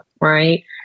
right